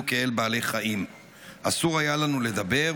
כאל בעלי חיים"; "אסור היה לנו לדבר,